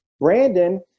Brandon